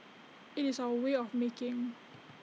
IT is our way of making